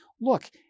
Look